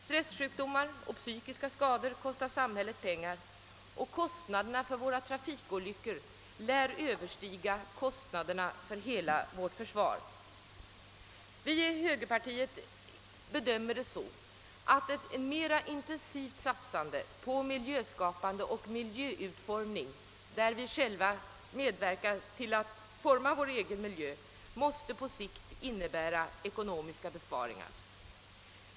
<Stresssjukdomar och psykiska skador <kostar samhället pengar, och kostna derna för trafikolyckorna lär överstiga kostnaderna för hela vårt försvar. Vi i högerpartiet bedömer det så att ett mera intensivt satsande på miljöskapande och miljöutformning på sikt måste innebära ekonomiska besparingar.